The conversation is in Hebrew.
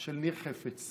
של ניר חפץ,